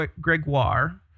Gregoire